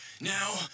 Now